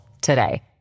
today